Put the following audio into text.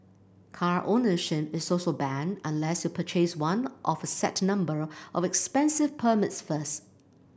car ownership is also banned unless you purchase one of a set number of expensive permits first